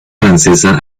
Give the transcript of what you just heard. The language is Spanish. francesa